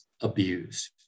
abused